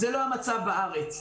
זה לא המצב בארץ.